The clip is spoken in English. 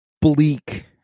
bleak